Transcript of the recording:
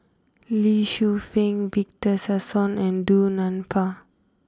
Lee Shu Fen Victor Sassoon and Du Nanfa